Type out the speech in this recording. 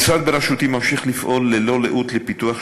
המשרד בראשותי ממשיך לפעול ללא לאות לפיתוח